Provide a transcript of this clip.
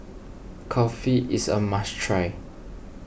Kulfi is a must try